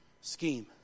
scheme